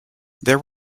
there